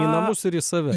į namus ir į save